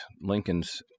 Lincoln's